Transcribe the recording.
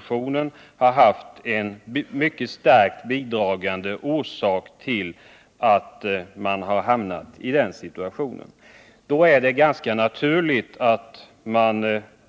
för vilka droger starkt bidragit till att de råkat i den här situationen.